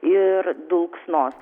ir dulksnos